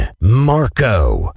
Marco